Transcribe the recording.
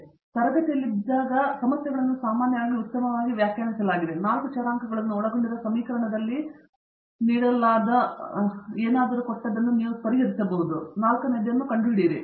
ಆದ್ದರಿಂದ ನೀವು ತರಗತಿಯಲ್ಲಿದ್ದ ವರೆಗೂ ಸಮಸ್ಯೆಗಳನ್ನು ಸಾಮಾನ್ಯವಾಗಿ ಉತ್ತಮವಾಗಿ ವ್ಯಾಖ್ಯಾನಿಸಲಾಗಿದೆ 4 ಚರಾಂಕಗಳನ್ನು ಒಳಗೊಂಡಿರುವ ಸಮೀಕರಣದಲ್ಲಿ ನೀಡಲಾದ ನನ್ನ ಉಪನ್ಯಾಸಗಳಲ್ಲಿ ನಾನು ಹೇಳುವಂತೆಯೇ ನಿಮಗೆ ತಿಳಿದಿದೆ 3 ನೇದು ನಾಲ್ಕನ್ನು ಕಂಡುಹಿಡಿಯುತ್ತದೆ